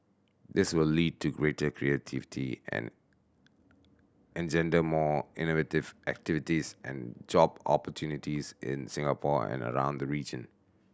this will lead to greater creativity and engender more innovative activities and job opportunities in Singapore and around the region